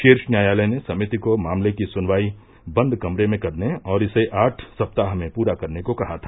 शीर्ष न्यायालय ने समिति को मामले की सुनवाई बंद कमरे में करने और इसे आठ सप्ताह में पूरा करने को कहा था